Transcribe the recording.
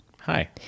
Hi